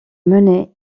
mener